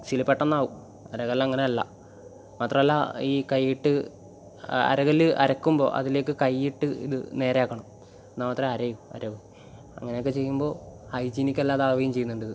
മിക്സിയിൽ പെട്ടെന്ന് ആകും അരകല്ല് അങ്ങനെയല്ല മാത്രമല്ല ഈ കയ്യിട്ട് അരകല്ല് അരക്കുമ്പോൾ അതിലേക്ക് കയ്യിട്ട് ഇത് നേരെയാക്കണം എന്നാൽ മാത്രമേ അരയൂ അങ്ങനെ ഒക്കെ ചെയ്യുമ്പോൾ ഹൈജീനിക്ക് അല്ലാതാവുകയും ചെയ്യുന്നുണ്ടിത്